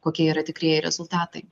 kokie yra tikrieji rezultatai